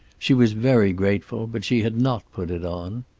she was very grateful, but she had not put it on.